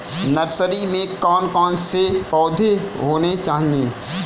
Nursery में कौन कौन से पौधे होने चाहिए?